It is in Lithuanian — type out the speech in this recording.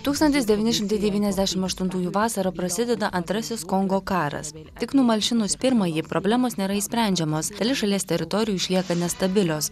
tūkstantis devyni šimtai devyniasdešimt aštuntųjų vasarą prasideda antrasis kongo karas tik numalšinus pirmąjį problemos nėra išsprendžiamos dalis šalies teritorijų išlieka nestabilios